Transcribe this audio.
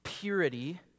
Purity